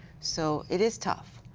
so it is tough.